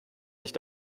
nicht